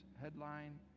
headline